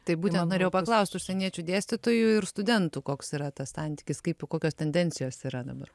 taip būtent norėjau klaust užsieniečių dėstytojų ir studentų koks yra tas santykis kaip ir kokios tendencijos yra dabar